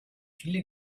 viele